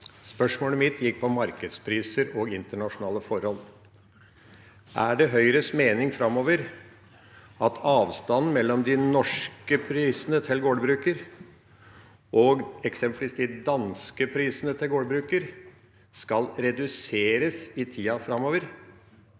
Spørsmålet mitt gikk på markedspriser og internasjonale forhold. Er det Høyres mening framover at avstanden mellom de norske prisene til gårdbruker og eksempelvis de danske prisene til gårdbruker, skal reduseres i tida framover?